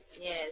Yes